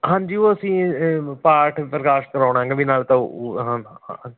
ਹਾਂਜੀ ਉਹ ਅਸੀਂ ਪਾਠ ਪ੍ਰਕਾਸ਼ ਕਰਾਉਣਾ ਹੈਗਾ ਵੀ ਨਾਲ ਤਾਂ ਉਹ ਹਾਂ